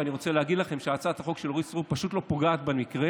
ואני רוצה להגיד לכם שהצעת החוק של אורית סטרוק פשוט לא פוגעת במקרה.